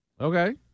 Okay